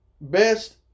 Best